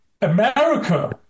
America